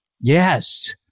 Yes